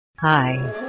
Hi